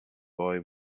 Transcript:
boy